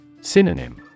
Synonym